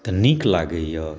तऽ नीक लगैया